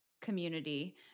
community